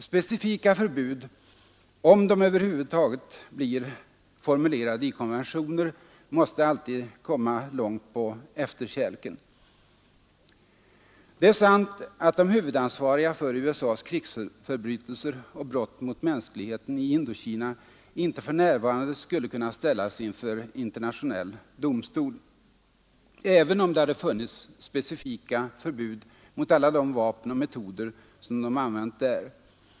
Specifika förbud — om de över huvud taget blir formulerade i konventioner — måste alltid komma långt på efterkälken. Det är sant att de huvudansvariga för USA:s krigsförbrytelser och brott mot mänskligheten i Indokina inte för närvarande skulle kunna ställas inför internationell domstol, även om det hade funnits specifika förbud mot alla de vapen och metoder som de använt där.